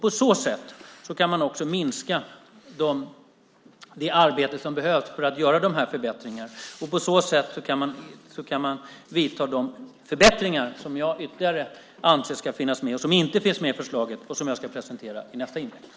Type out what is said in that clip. På så sätt kan man också minska det arbete som behövs för att göra de här förbättringarna, och man kan också vidta de förbättringar som jag ytterligare anser ska finnas med men som inte finns med i förslaget. Dessa ska jag presentera i nästa inlägg.